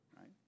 right